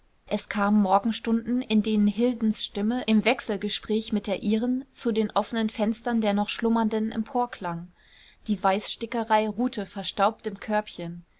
es kamen morgenstunden in denen hildens stimme im wechselgespräch mit der ihren zu den offenen fenstern der noch schlummernden emporklang die weißstickerei ruhte verstaubt im körbchen